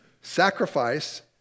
Sacrifice